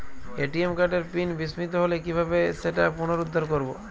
ATM কার্ডের PIN বিস্মৃত হলে কীভাবে সেটা পুনরূদ্ধার করব?